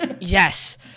Yes